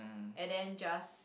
and then just